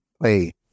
play